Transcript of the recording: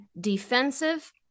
defensive